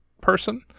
person